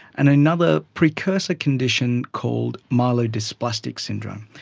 and another precursor condition called myelodysplastic syndrome.